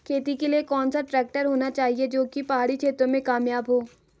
खेती के लिए कौन सा ट्रैक्टर होना चाहिए जो की पहाड़ी क्षेत्रों में कामयाब हो?